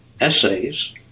essays